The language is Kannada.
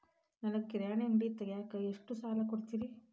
ನನಗ ಕಿರಾಣಿ ಅಂಗಡಿ ತಗಿಯಾಕ್ ಎಷ್ಟ ಸಾಲ ಕೊಡ್ತೇರಿ?